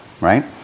right